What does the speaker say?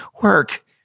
work